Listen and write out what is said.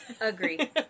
Agree